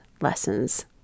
lessons